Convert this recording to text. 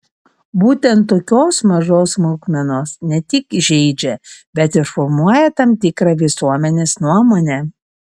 būtent tokios mažos smulkmenos ne tik žeidžia bet ir formuoja tam tikrą visuomenės nuomonę